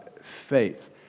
faith